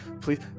please